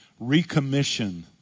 recommission